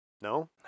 No